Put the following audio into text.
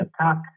attack